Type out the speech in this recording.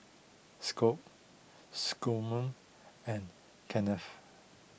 Scot Scomer and Kennth